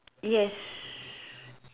yes